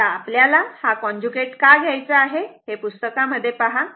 आता आपल्याला हा कॉन्जुगेट का घ्यायचा आहे हे पुस्तकामध्ये पहा